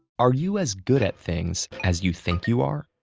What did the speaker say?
are you as good at things as you think you are?